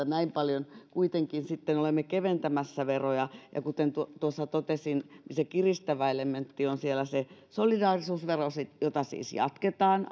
näin paljon kuitenkin sitten olemme keventämässä veroja ja kuten tuossa totesin niin se kiristävä elementti on siellä se solidaarisuusvero jota siis jatketaan